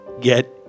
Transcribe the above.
get